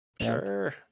sure